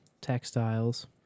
textiles